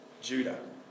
Judah